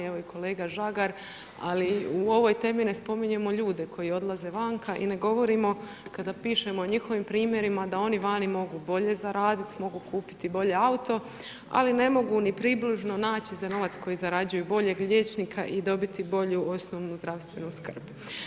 Evo i kolega Žagar, ali u ovoj temi ne spominjemo ljude koji odlaze vanka i ne govorimo kada pišemo o njihovim primjerima da oni vani mogu bolje zaraditi, mogu kupiti bolji auto, ali ne mogu ni približno naći za novac koji zarađuju boljeg liječnika i dobiti bolju osnovnu zdravstvenu skrb.